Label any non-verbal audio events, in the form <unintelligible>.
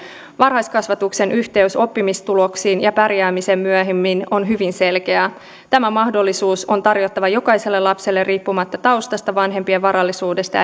varhaiskasvatuksen yhteys oppimistuloksiin ja pärjäämiseen myöhemmin on hyvin selkeä tämä mahdollisuus on tarjottava jokaiselle lapselle riippumatta taustasta vanhempien varallisuudesta <unintelligible>